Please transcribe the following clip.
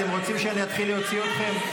אתם רוצים שאני אתחיל להוציא אתכם?